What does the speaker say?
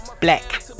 Black